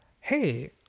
Hey